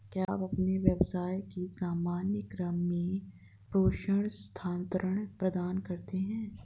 क्या आप अपने व्यवसाय के सामान्य क्रम में प्रेषण स्थानान्तरण प्रदान करते हैं?